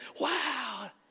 Wow